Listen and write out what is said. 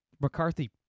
McCarthy